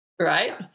right